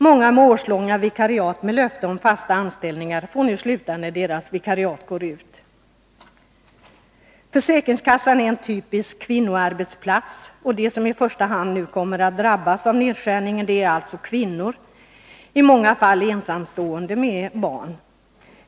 Många med årslånga vikariat och med löfte om fasta anställningar får nu sluta när deras vikariat går ut. Försäkringskassan är en typisk kvinnoarbetsplats. De som i första hand kommer att drabbas av nedskärningen är alltså kvinnor, i många fall ensamstående med barn.